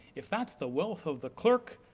if that's the wealth of the clerk,